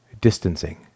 distancing